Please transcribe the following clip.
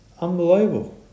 Unbelievable